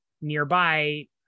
nearby